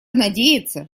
надеяться